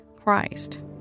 Christ